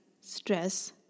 stress